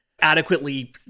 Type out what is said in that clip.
adequately